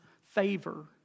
favor